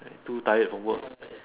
too tired from work